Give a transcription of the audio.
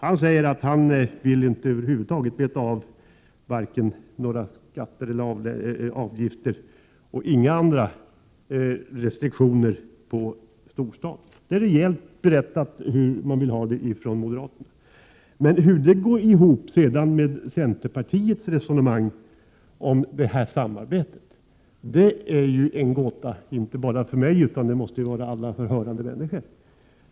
Han säger att han inte över huvud taget vill veta av vare sig skatter eller avgifter eller några andra restriktioner när det gäller storstaden. Det är rejält berättat hur moderaterna vill ha det. Men hur det går ihop med centerpartiets resonemang om samarbete är ju en gåta, inte bara för mig utan för alla hörande människor.